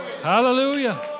Hallelujah